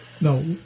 No